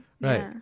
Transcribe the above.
Right